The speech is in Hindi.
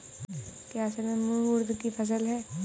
क्या असड़ में मूंग उर्द कि फसल है?